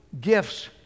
gifts